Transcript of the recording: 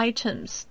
Items